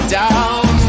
down